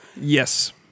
yes